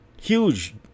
Huge